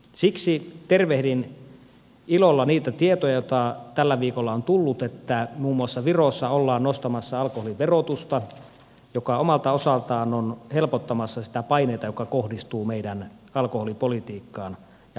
siksi tervehdin ilolla niitä tietoja joita tällä viikolla on tullut että muun muassa virossa ollaan nostamassa alkoholiverotusta mikä omalta osaltaan on helpottamassa sitä painetta joka kohdistuu meidän alkoholipolitiikkaamme ja alkoholiverotukseemme